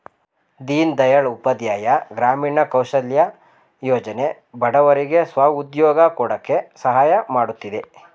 ದೀನ್ ದಯಾಳ್ ಉಪಾಧ್ಯಾಯ ಗ್ರಾಮೀಣ ಕೌಶಲ್ಯ ಯೋಜನೆ ಬಡವರಿಗೆ ಸ್ವ ಉದ್ಯೋಗ ಕೊಡಕೆ ಸಹಾಯ ಮಾಡುತ್ತಿದೆ